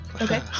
okay